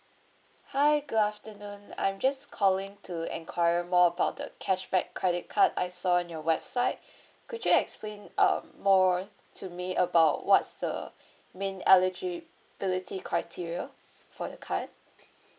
hi good afternoon I'm just calling to enquiry more about the cashback credit card I saw on your website could you explain um more to me about what's the main eligibility criteria for the card